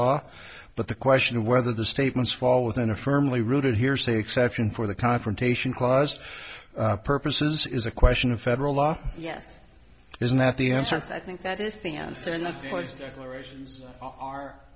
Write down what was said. law but the question of whether the statements fall within a firmly rooted hearsay exception for the confrontation clause purposes is a question of federal law yes is not the answer i think that